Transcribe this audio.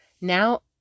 now